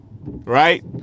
right